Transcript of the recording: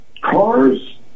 cars